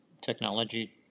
technology